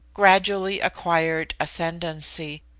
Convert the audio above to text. gradually acquired ascendancy,